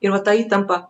ir va ta įtampa